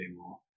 more